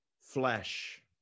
flesh